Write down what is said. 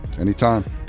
Anytime